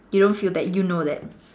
you don't feel you know that